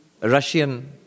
Russian